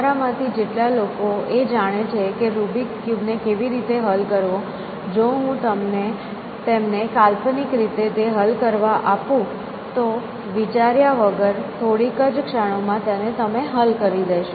તમારા માં થી જેટલા લોકો એ જાણે છે કે રૂબિક્સ ક્યુબ ને કેવી રીતે હલ કરવો જો હું તેમને કાલ્પનિક રીતે તે હલ કરવા આપું તો તેઓ વિચાર્યા વગર થોડી જ ક્ષણોમાં તેને હલ કરી દેશે